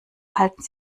halten